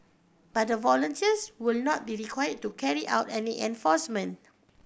but the volunteers will not be required to carry out any enforcement